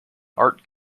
art